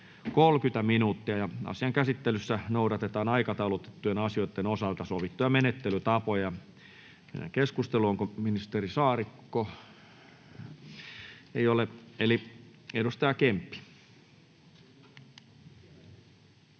30 minuuttia, ja asian käsittelyssä noudatetaan aikataulutettujen asioiden osalta sovittuja menettelytapoja. — Keskustelu. Onko ministeri Saarikko? Ei ole. — Edustaja Kemppi.